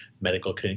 medical